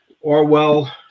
Orwell